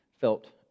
felt